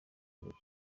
aregwa